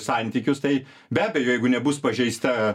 santykius tai be abejo jeigu nebus pažeista